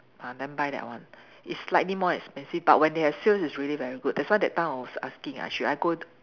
ah then buy that one it's slightly more expensive but when they have sales it's really very good that's why that time I was asking I should I go